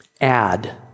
Add